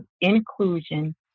inclusion